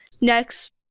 next